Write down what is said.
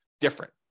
different